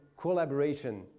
collaboration